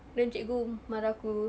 then cikgu marah aku